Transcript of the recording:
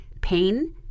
pain